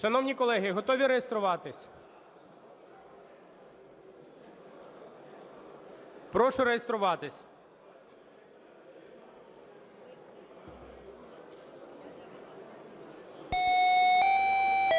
Шановні колеги, готові реєструватись? Прошу реєструватись. 10:08:22